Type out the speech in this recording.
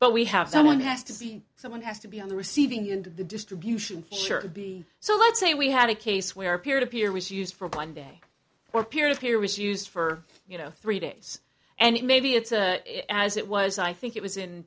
but we have someone has to be someone has to be on the receiving end the distribution should be so let's say we had a case where a peer to peer was used for one day or peer to peer was used for you know three days and it maybe it's as it was i think it was in